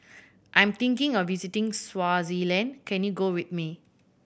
I am thinking of visiting Swaziland can you go with me